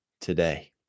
today